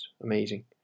Amazing